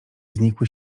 znikły